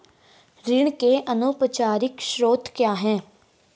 ऋण के अनौपचारिक स्रोत क्या हैं?